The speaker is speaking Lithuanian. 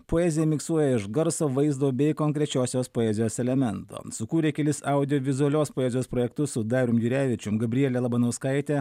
poezija miksuoja iš garso vaizdo bei konkrečiosios poezijos elemento sukūrė kelis audiovizualios poezijos projektus su darium jurevičium gabriele labanauskaite